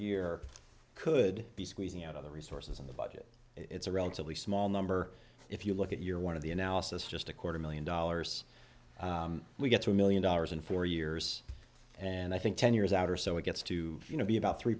year could be squeezing out of the resources in the budget it's a relatively small number if you look at year one of the analysis just a quarter million dollars we got three million dollars in four years and i think ten years out or so it gets to be about three